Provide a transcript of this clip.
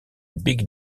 big